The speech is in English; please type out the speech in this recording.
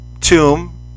tomb